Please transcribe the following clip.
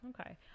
Okay